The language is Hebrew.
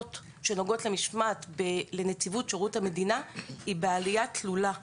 שנוגעות למשמעת בנציבות שירות המדינה היא בעלייה תלולה.